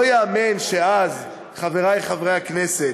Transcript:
לא ייאמן שאז, חברי חברי הכנסת,